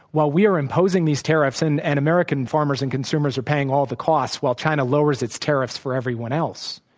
while we are imposing these tariffs, and and american farmers and consumers are paying all the costs, while china lowers its tariffs for everyone else,